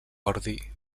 ordi